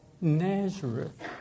Nazareth